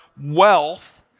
Wealth